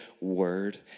word